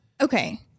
Okay